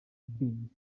bean